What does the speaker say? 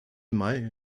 mai